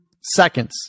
seconds